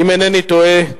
אם אינני טועה,